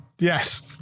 Yes